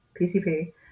PCP